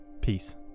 Peace